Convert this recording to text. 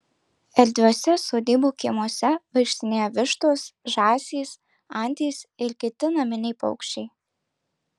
erdviuose sodybų kiemuose vaikštinėja vištos žąsys antys ir kiti naminiai paukščiai